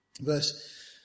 verse